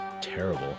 terrible